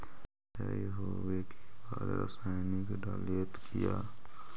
सीचाई हो बे के बाद रसायनिक डालयत किया?